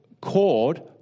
cord